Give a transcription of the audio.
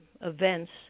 events